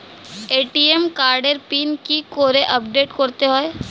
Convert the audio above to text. ATM কার্ডের PIN কি করে আপডেট করতে হয়?